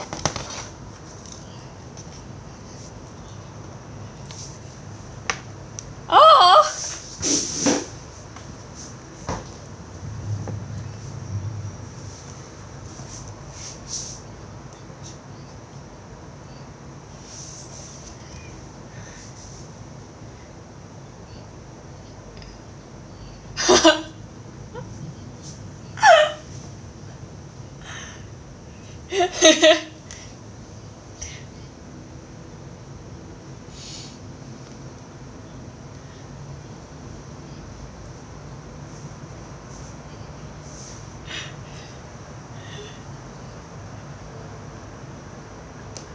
oh